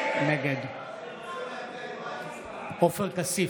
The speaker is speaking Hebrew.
נגד עופר כסיף,